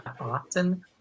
often